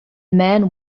man